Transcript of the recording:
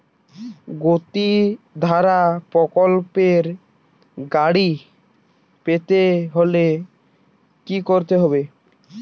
গতিধারা প্রকল্পে গাড়ি পেতে হলে কি করতে হবে?